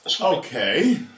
Okay